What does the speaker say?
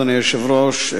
אדוני היושב-ראש,